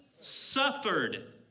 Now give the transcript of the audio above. suffered